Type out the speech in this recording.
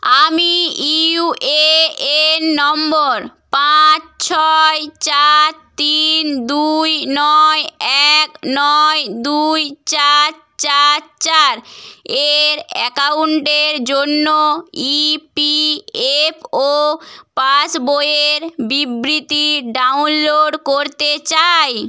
আমি U A N number পাঁচ ছয় চার তিন দুই নয় এক নয় দুই চার চার চার এর অ্যাকাউন্টের জন্য ই পি এফ ও পাসবইয়ের বিবৃতি ডাউনলোড করতে চাই